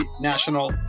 National